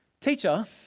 teacher